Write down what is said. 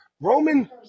Roman